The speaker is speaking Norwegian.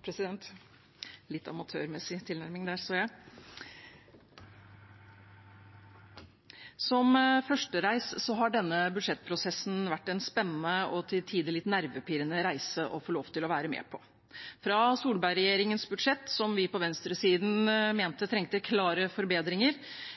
til tider litt nervepirrende reise å få lov til å være med på, helt fra Solberg-regjeringens budsjett, som vi på venstresiden mente trengte klare forbedringer,